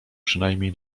przynajmniej